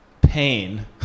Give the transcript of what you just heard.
pain